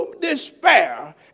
despair